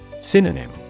Synonym